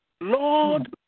Lord